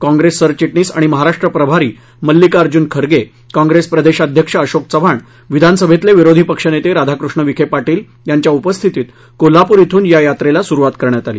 काँप्रेस सरचिटणीस आणि महाराष्ट्र प्रभारी मल्लिकार्जुन खरगे काँप्रेस प्रदेशाध्यक्ष अशोक चव्हाण विधानसभेतले विरोधी पक्षनेते राधाकृष्ण विखे पाटील यांच्या उपस्थितीत कोल्हापूर ध्रिन या यात्रेला सुरुवात करण्यात आली